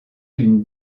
d’une